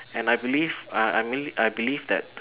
and I believe uh I mean I believe that